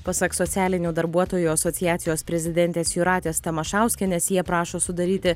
pasak socialinių darbuotojų asociacijos prezidentės jūratės tamašauskienės jie prašo sudaryti